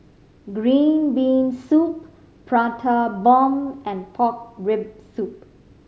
green bean soup Prata Bomb and pork rib soup